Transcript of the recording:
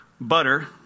butter